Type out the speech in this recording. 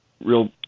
real